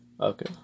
Okay